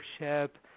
leadership